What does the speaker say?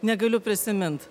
negaliu prisimint